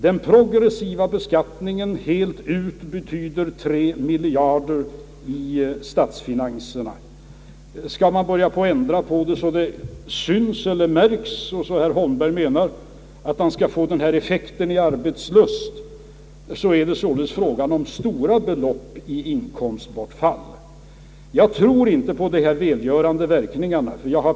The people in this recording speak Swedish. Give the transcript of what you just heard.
Den progressiva beskattningen som helhet betyder 3 miljarder i statsfinanserna — skall man börja ändra den så att det märks och så att herr Holmberg skall få fram den effekt på arbetslusten som han talar om, måste det alltså bli fråga om stora belopp i inkomstbortfall. Jag tror för min del inte på de där välgörande verkningarna.